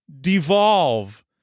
devolve